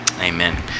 Amen